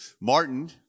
Martin